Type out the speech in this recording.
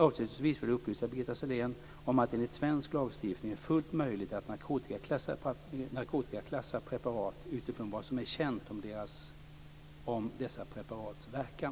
Avslutningsvis vill jag upplysa Birgitta Sellén om att det enligt svensk lagstiftning är fullt möjligt att narkotikaklassa preparat utifrån vad som är känt om dessa preparats verkan.